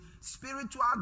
spiritual